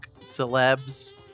celebs